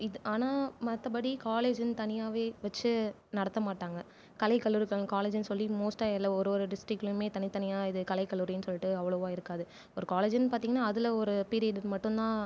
இது ஆனால் மற்றபடி காலேஜுன்னு தனியாகவே வச்சு நடத்த மாட்டாங்க கலைக்கல்லூரிக்கான காலேஜ்ன்னு சொல்லி மோஸ்டாக எல்லா ஒருவொரு டிஸ்ட்ரிக்ட்லயுமே தனித்தனியாக இது கலைக்கல்லூரின்னு சொல்லிவிட்டு அவ்ளோவாக இருக்காது ஒரு காலேஜ்ன்னு பார்த்தீங்கன்னா அதில் ஒரு பீரியடுக்கு மட்டு தான்